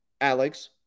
Alex